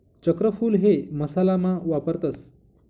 चक्रफूल हे मसाला मा वापरतस